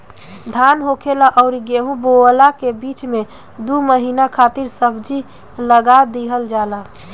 धान होखला अउरी गेंहू बोअला के बीच में दू महिना खातिर सब्जी लगा दिहल जाला